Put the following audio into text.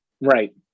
Right